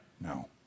No